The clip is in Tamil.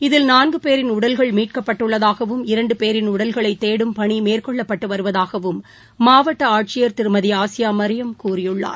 இதில் நான்கு பேரில் உடல்கள் மீட்கப்பட்டுள்ளதாகவும் இரண்டு பேரின் உடல்களை தேடும் பணி மேற்கொள்ளப்பட்டு வருவதாக மாவட்ட ஆட்சியர் திருமதி ஆசியா மரியம் கூறியுள்ளார்